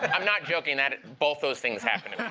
and i'm not joking. and both those things happened to me.